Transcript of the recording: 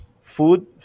food